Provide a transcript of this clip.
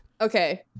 Okay